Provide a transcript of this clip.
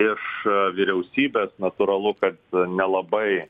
iš vyriausybės natūralu kad nelabai